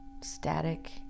static